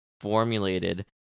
formulated